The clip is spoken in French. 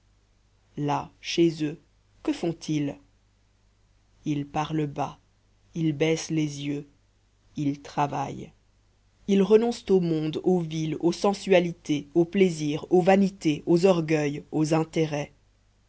là chez eux que font-ils ils parlent bas ils baissent les yeux ils travaillent ils renoncent au monde aux villes aux sensualités aux plaisirs aux vanités aux orgueils aux intérêts